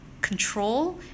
control